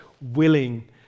willing